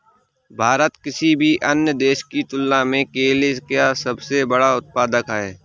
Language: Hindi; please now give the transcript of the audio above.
भारत किसी भी अन्य देश की तुलना में केले का सबसे बड़ा उत्पादक है